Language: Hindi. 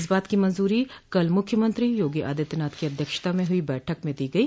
इस बात की मंजूरी कल मुख्यमंत्री योगी आदित्यनाथ की अध्यक्षता में हुई बैठक में दी गई